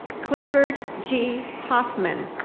clifford g. hoffman.